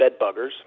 bedbuggers